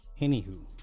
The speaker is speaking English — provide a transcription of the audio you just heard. anywho